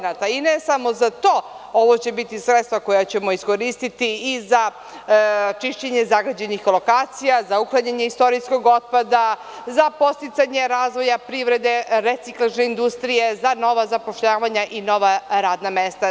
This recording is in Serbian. Ne samo za to, ovo će biti sredstva koja ćemo iskoristiti za čišćenje zagađenih lokacija, za uklanjanje istorijskog otpada, za podsticanje razvoja privrede, reciklažne industrije, za nova zapošljavanja i nova rada mesta.